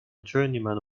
journeyman